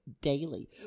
daily